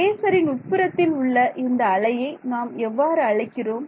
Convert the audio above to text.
ஃபேஸரின் உட்புறத்தில் உள்ள இந்த அலையை நாம் எவ்வாறு அழைக்கிறோம்